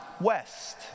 west